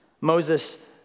Moses